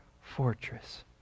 fortress